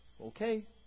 Okay